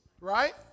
right